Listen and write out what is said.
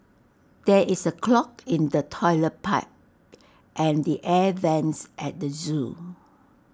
there is A clog in the Toilet Pipe and the air Vents at the Zoo